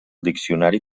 diccionari